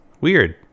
Weird